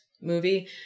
movie